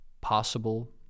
possible